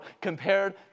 compared